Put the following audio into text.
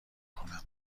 کنم